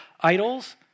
idols